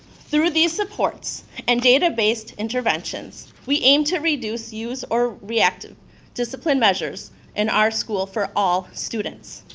through the supports and databased interventions, we aim to reduce use or reactive discipline measures in our school for all students.